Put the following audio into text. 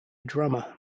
drummer